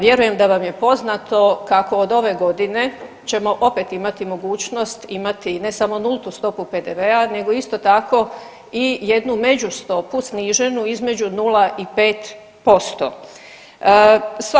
Vjerujem da vam je poznato kako od ove godine ćemo opet imati mogućnost imati ne samo nultu stopu PDV-a nego isto tako i jednu među stopu sniženu između nula i pet posto.